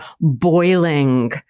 boiling